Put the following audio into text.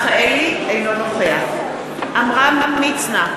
אינו נוכח עמרם מצנע,